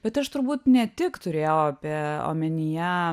bet aš turbūt ne tik turėjau apie omenyje